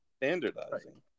standardizing